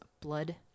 blood